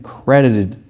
credited